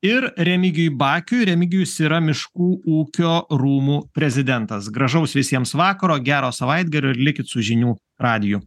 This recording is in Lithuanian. ir remigijui bakiui remigijus yra miškų ūkio rūmų prezidentas gražaus visiems vakaro gero savaitgalio ir likit su žinių radiju